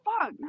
Fuck